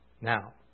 Now